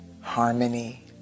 harmony